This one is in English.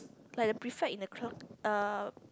like the prefect in the class uh